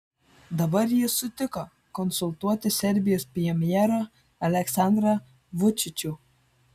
dabar jis sutiko konsultuoti serbijos premjerą aleksandrą vučičių